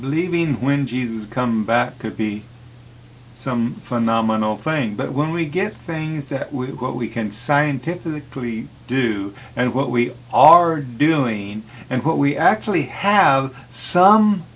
leaving when jesus come back could be some phenomenal flame but when we get things set with what we can scientifically do and what we are doing and what we actually have some